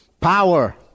Power